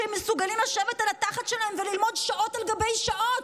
שמסוגלים לשבת על התחת שלהם וללמוד שעות על גבי שעות,